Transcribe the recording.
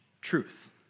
truth